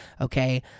okay